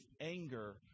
anger